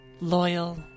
loyal